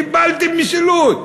קיבלתם משילות.